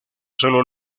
solo